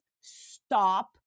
stop